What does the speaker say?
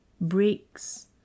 breaks